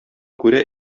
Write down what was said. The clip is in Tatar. күрә